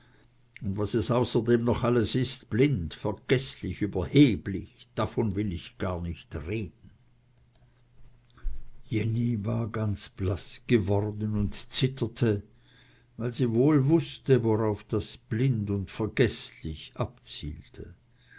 und was es außerdem noch alles ist blind vergeßlich überheblich davon will ich gar nicht reden jenny war ganz blaß geworden und zitterte weil sie wohl wußte worauf das blind und vergeßlich abzielte